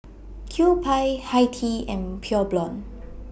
Kewpie Hi Tea and Pure Blonde